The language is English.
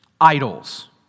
idols